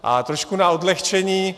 A trošku na odlehčení.